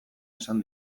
esan